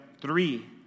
three